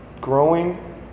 growing